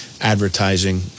advertising